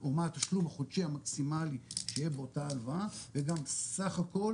או מה התשלום החודשי המקסימלי שיהיה באותה הלוואה וגם סך הכל